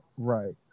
Right